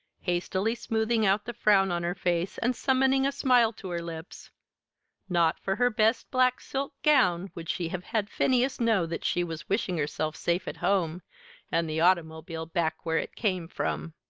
hastily smoothing out the frown on her face and summoning a smile to her lips not for her best black silk gown would she have had phineas know that she was wishing herself safe at home and the automobile back where it came from.